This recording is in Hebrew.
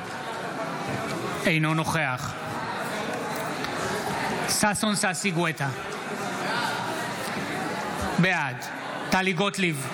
אינו נוכח ששון ששי גואטה, בעד טלי גוטליב,